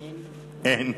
אין,